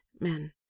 men